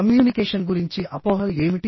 communication గురించి అపోహలు ఏమిటి